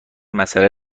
مساله